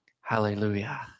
Hallelujah